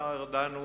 השר ארדן,